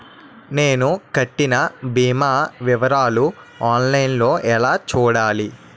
నేను కట్టిన భీమా వివరాలు ఆన్ లైన్ లో ఎలా చూడాలి?